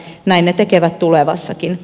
näin ne tekevät tulevassakin